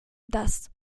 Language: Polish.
das